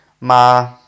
ma